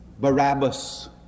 barabbas